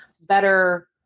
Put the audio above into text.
better